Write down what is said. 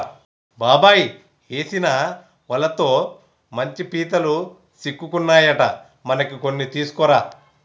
బాబాయ్ ఏసిన వలతో మంచి పీతలు సిక్కుకున్నాయట మనకి కొన్ని తీసుకురా